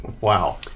wow